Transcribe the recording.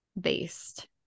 based